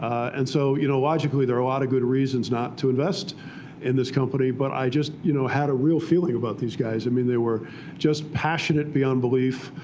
and so you know logically, there are a lot of good reasons not to invest in this company. but i just you know had a real feeling about these guys. i mean, they were just passionate beyond belief,